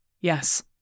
Yes